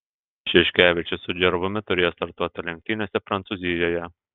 šiškevičius su džervumi turėjo startuoti lenktynėse prancūzijoje